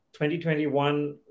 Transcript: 2021